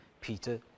Peter